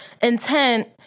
intent